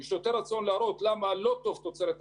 יש יותר רצון להראות למה לא טוב תוצרת הארץ.